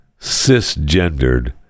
cisgendered